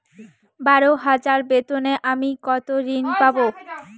বারো হাজার বেতনে আমি কত ঋন পাব?